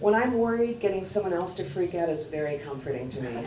when i'm worried getting someone else to freak out is very comforting to me